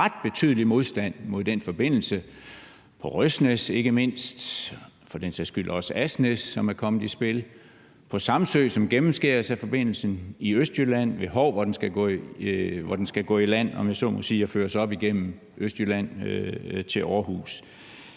ret betydelig modstand mod den forbindelse, på Røsnæs ikke mindst, for den sags skyld også i Asnæs, som er kommet i spil, på Samsø, som gennemskæres af forbindelsen, og i Østjylland ved Hov, hvor den skal gå i land, om jeg så må sige, og føres op igennem Østjylland til Aarhus.